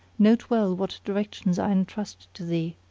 note well what directions i entrust to thee!